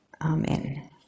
Amen